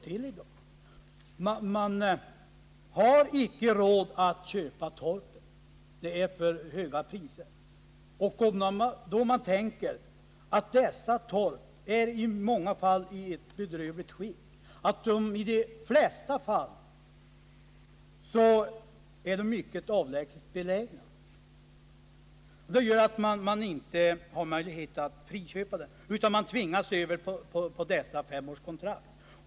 Man har inte råd att köpa torpet, eftersom priserna är för höga. Då dessa torp i många fall befinner sig i ett bedrövligt skick och i de flesta fall är mycket avlägset belägna, kan man inte friköpa dem utan tvingas skriva under dessa femårskontrakt.